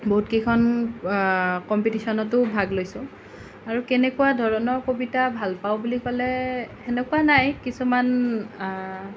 বহুত কেইখন কম্পিটিশ্যনটো ভাগ লৈছোঁ আৰু কেনেকুৱা ধৰণৰ কবিতা ভাল পাওঁ বুলি ক'লে সেনেকুৱা নাই কিছুমান